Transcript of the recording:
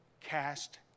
cast